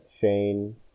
chain